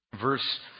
verse